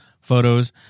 photos